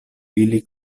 ili